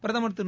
பிரதமர் திரு